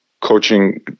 coaching